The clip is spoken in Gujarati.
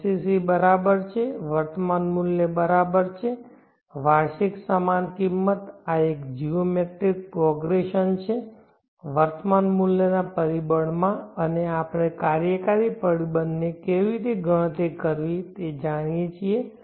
LCC બરાબર છે વર્તમાન મૂલ્ય બરાબર છે વાર્ષિક સમાન કિંમત આ એક જીઓમેટ્રિક પ્રોગ્રેશન છે વર્તમાન મૂલ્યના પરિબળમાં અને આપણે કાર્યકારી પરિબળને કેવી રીતે ગણતરી કરવી તે જાણીએ છીએ